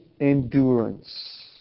endurance